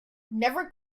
never